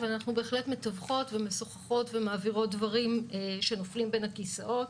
אבל אנחנו בהחלט מתווכות ומשוחחות ומעבירות דברים שנופלים בין הכיסאות